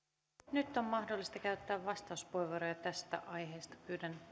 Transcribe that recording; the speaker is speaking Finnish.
nyt on mahdollista käyttää vastauspuheenvuoroja tästä aiheesta pyydän